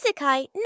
no